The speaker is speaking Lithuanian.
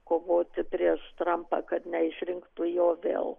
kovoti prieš trampą kad neišrinktų jo vėl